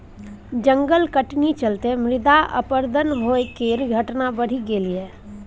जंगल कटनी चलते मृदा अपरदन होइ केर घटना बढ़ि गेलइ यै